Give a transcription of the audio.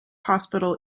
hospital